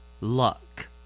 Luck